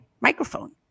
microphone